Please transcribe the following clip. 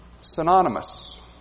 synonymous